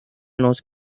los